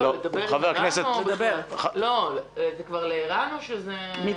לדבר עם ערן או בכלל?